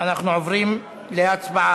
אנחנו עוברים להצבעה.